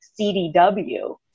cdw